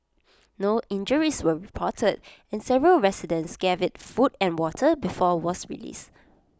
no injuries were reported and several residents gave IT food and water before was released